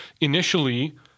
initially